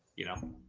you know,